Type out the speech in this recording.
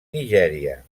nigèria